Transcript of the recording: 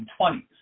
1920s